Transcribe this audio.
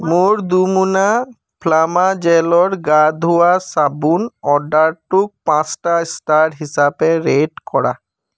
মোৰ দুমোনা ফ্লামা জেলৰ গা ধোৱা চাবোন অৰ্ডাৰটোক পাঁচটা ষ্টাৰ হিচাপে ৰেট কৰা